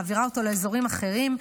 מעבירה אותו לאזורים אחרים,